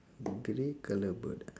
the grey colour bird ah